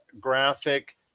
graphic